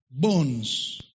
bones